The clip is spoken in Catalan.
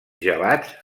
gelats